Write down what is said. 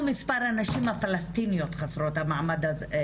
נשמח לקבל התייחסות לנושא של מתן קדימות לנשים חסרות מעמד שמגישות